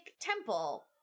temple